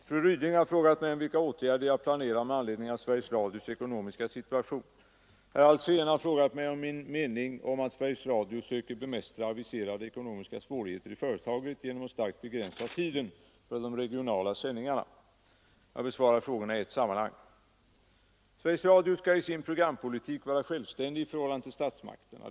Herr talman! Fru Ryding har frågat mig om vilka åtgärder jag planerar med anledning av Sveriges Radios ekonomiska situation. Herr Alsén har frågat mig om min mening om att Sveriges Radio söker bemästra aviserade ekonomiska svårigheter i företaget genom att starkt begränsa tiden för de regionala sändningarna. Jag besvarar frågorna i ett sammanhang. Sveriges Radio skall i sin programpolitik vara självständig i förhållande till statsmakterna.